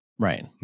Right